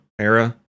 era